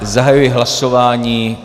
Zahajuji hlasování.